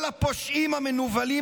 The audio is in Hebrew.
כל הפושעים המנוולים,